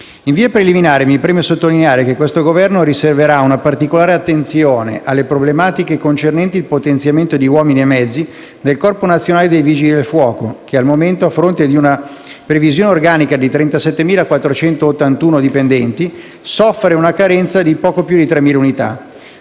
In via preliminare, mi preme sottolineare che questo Governo riserverà una particolare attenzione alle problematiche concernenti il potenziamento di uomini e mezzi del Corpo nazionale dei vigili del fuoco che, al momento, a fronte di una previsione organica di 37.481 dipendenti, soffre una carenza di poco più di 3.000 unità.